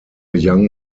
young